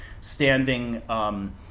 standing